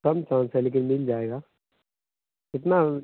कम कौनसा लीजिएगा मिल जाएगा कितना